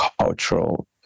cultural